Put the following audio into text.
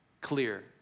clear